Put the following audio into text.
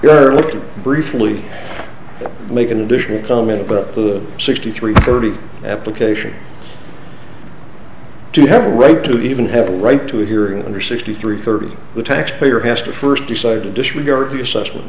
you're looking briefly make an additional comment about the sixty three thirty application to have the right to even have a right to a hearing under sixty three thirty the taxpayer has to first decide to disregard the assessment